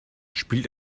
spielt